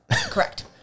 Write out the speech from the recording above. Correct